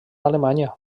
alemanya